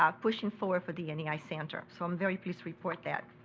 um pushing for for the and nei center, so i'm very pleased to report that.